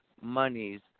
monies